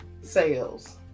sales